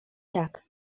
tak